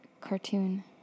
cartoon